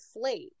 slate